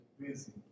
busy